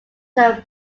term